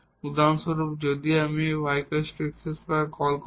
উদাহরণস্বরূপ যদি আমি y x2 কে কল করি